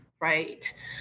right